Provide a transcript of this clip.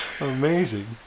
Amazing